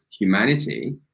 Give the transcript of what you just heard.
humanity